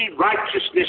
righteousness